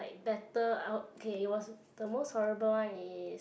like better I was okay it was okay the most horrible one is